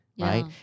right